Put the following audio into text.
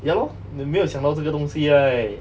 ya lor 你没有想到这个东西 right